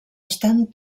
estan